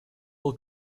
will